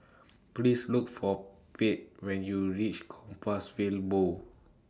Please Look For Pate when YOU REACH Compassvale Bow